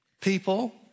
people